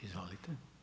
Izvolite.